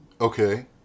Okay